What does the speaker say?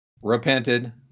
repented